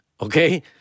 okay